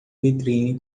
vitrine